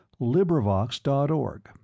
LibriVox.org